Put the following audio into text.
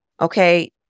okay